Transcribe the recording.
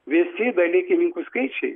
visi dalykininkų skaičiai